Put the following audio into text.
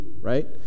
right